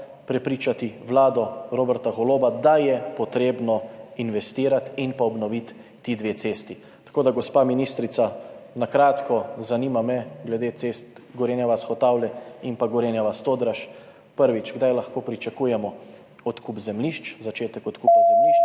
prepričati vlado Roberta Goloba, da je potrebno investirati in obnoviti ti dve cesti. Gospa ministrica, na kratko, zanima me glede cest Gorenja vas–Hotavlje in Gorenja vas–Todraž: Kdaj lahko pričakujemo odkup zemljišč, začetek odkupa zemljišč?